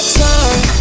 time